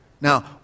Now